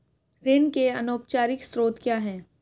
ऋण के अनौपचारिक स्रोत क्या हैं?